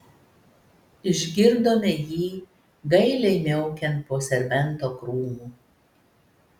išgirdome jį gailiai miaukiant po serbento krūmu